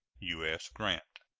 u s. grant.